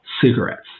cigarettes